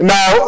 Now